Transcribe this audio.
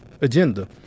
agenda